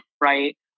right